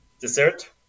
dessert